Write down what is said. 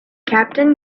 captain